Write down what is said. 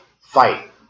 fight